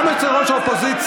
גם אצל ראש האופוזיציה,